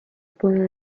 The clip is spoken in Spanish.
pudo